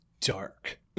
dark